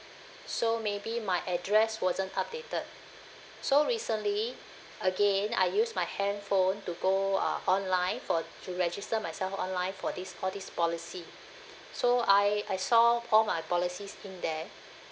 so maybe my address wasn't updated so recently again I use my handphone to go uh online for to register myself online for this all this policy so I I saw all my policies in there